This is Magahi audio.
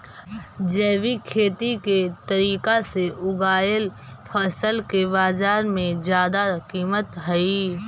जैविक खेती के तरीका से उगाएल फसल के बाजार में जादा कीमत हई